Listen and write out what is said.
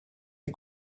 est